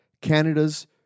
Canada's